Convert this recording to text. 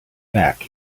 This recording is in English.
back